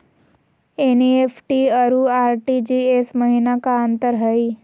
NEFT अरु RTGS महिना का अंतर हई?